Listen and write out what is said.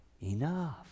enough